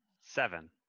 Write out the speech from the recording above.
Seven